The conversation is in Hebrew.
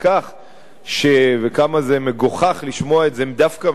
וכמה זה מגוחך לשמוע את זה דווקא ממנה,